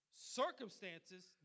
Circumstances